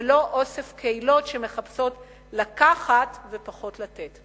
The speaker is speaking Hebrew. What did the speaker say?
ולא אוסף קהילות שמחפשות לקחת ופחות לתת.